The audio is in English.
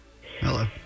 Hello